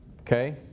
Okay